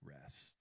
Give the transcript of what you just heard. rest